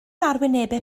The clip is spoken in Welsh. arwynebau